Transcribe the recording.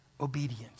obedience